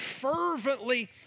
fervently